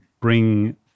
bring